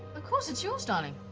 of course, it's yours, darling.